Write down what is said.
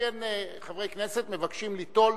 שכן חברי כנסת מבקשים ליטול